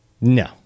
No